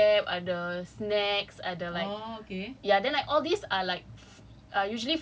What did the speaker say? then inside macam ada foolscap ada snacks ada like ya then like all these are like